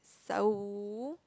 so